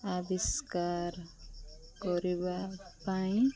ଆବିଷ୍କାର କରିବା ପାଇଁ